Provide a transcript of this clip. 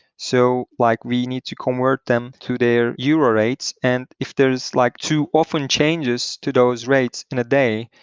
so like we need to convert them to their ah euro rates, and if there's like too often changes to those rates in a day,